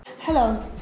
Hello